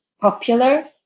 popular